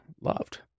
loved